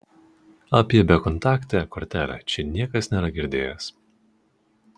apie bekontaktę kortelę čia niekas nėra girdėjęs